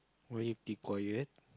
why you keep quiet